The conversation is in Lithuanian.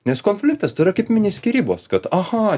nes konfliktas tai yra kaip mini skyrybos kad aha